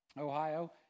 Ohio